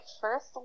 first